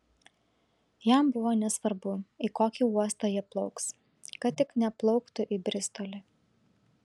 jam buvo nesvarbu į kokį uostą jie plauks kad tik neplauktų į bristolį